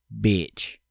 Bitch